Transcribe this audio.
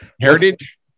heritage